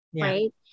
right